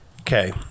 Okay